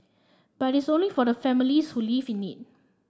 but it's only for the families who live in it